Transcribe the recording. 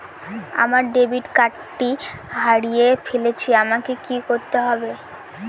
আমার ডেবিট কার্ডটা হারিয়ে ফেলেছি আমাকে কি করতে হবে?